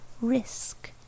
risk